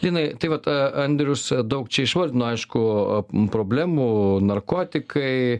linai tai vat a andrius daug čia išvardino aišku problemų narkotikai